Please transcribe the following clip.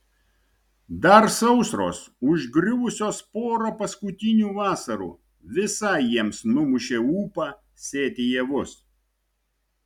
dar sausros užgriuvusios porą paskutinių vasarų visai jiems numušė ūpą sėti javus